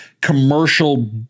commercial